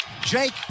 Jake